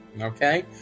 Okay